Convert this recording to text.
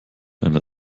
einer